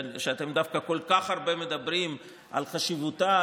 שאתם דווקא כל כך הרבה מדברים על חשיבותה